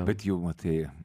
bet jau matai